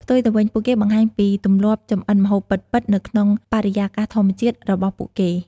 ផ្ទុយទៅវិញ ពួកគេ បង្ហាញពីទម្លាប់ចម្អិនម្ហូបពិតៗ នៅក្នុងបរិយាកាសធម្មជាតិរបស់ពួកគេ។